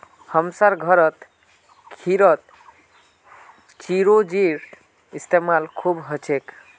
हमसार घरत खीरत चिरौंजीर इस्तेमाल खूब हछेक